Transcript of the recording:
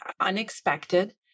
unexpected